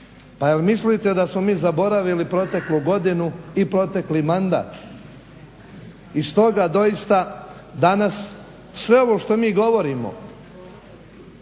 Pa jel mislite da smo mi zaboravili proteklu godinu i protekli mandat? I stoga doista danas sve ovo što mi govorimo